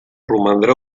romandrà